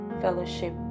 fellowship